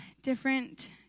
different